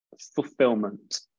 Fulfillment